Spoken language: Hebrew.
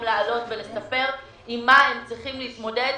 לעלות בזום ולספר עם מה הם צריכים להתמודד,